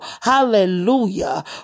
hallelujah